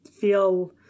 feel